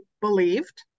believed